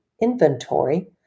inventory